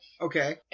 Okay